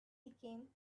became